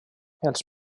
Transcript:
els